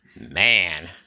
Man